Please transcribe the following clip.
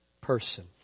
person